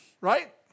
right